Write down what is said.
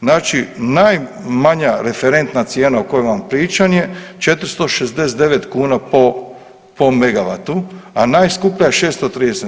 Znači, najmanje referentna cijena o kojoj vam pričam je 469 kuna po mega vatu, a najskuplja je 630.